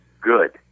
good